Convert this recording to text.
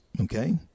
Okay